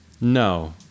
No